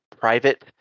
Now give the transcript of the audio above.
private